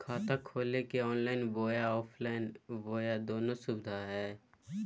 खाता खोले के ऑनलाइन बोया ऑफलाइन बोया दोनो सुविधा है?